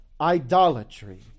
idolatry